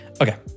Okay